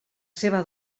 seva